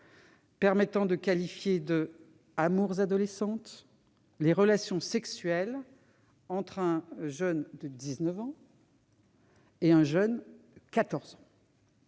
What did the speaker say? permet de qualifier d'« amours adolescentes » les relations sexuelles entre un jeune de 19 ans et un jeune de 14 ans.